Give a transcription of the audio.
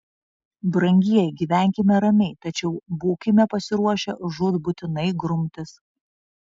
brangieji gyvenkime ramiai tačiau būkime pasiruošę žūtbūtinai grumtis